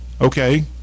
Okay